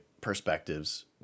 perspectives